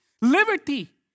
Liberty